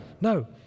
No